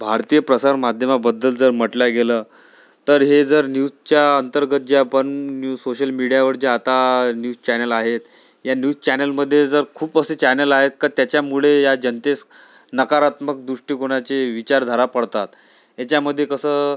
भारतीय प्रसारमाध्यमाबद्दल जर म्हटलं गेलं तर हे जर न्यूजच्या अंतर्गत जे आपण सोशल मिडीयावर जे आता न्यूज चॅनल आहेत या न्यूज चॅनलमध्ये जर खूप असे चॅनल आहेत का त्याच्यामुळे या जनतेस नकारात्मक दृष्टिकोनाचे विचारधारा पडतात याच्यामध्ये कसं